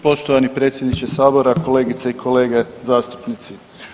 Poštovani predsjedniče sabora, kolegice i kolege zastupnici.